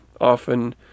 often